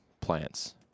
plants